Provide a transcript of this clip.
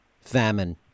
famine